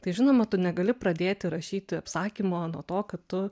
tai žinoma tu negali pradėti rašyti apsakymo nuo to kad tu